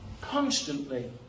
constantly